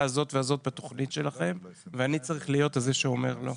הזאת והזאת בתוכנית שלכם ואני צריך להיות זה שאומר לא.